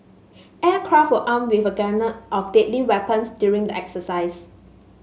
aircraft were armed with a gamut of deadly weapons during the exercise